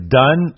done